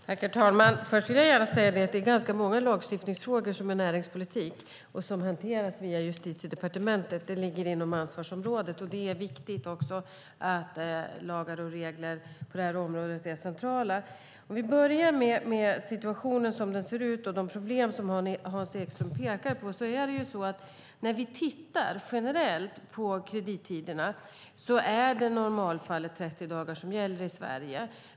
Herr talman! Först vill jag gärna säga att det är ganska många lagstiftningsfrågor som är näringspolitik och som hanteras via Justitiedepartementet. Det ligger inom ansvarsområdet, och det är också viktigt att lagar och regler på det här området är centrala. Om vi börjar med situationen som den ser ut och de problem som Hans Ekström pekar på är det i normalfallet 30 dagar som gäller i Sverige när vi tittar på kredittiderna generellt.